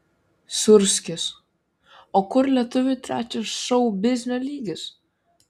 sūrskis o kur lietuvių trečias šou biznio lygis